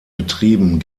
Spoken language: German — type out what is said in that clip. betrieben